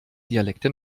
dialekte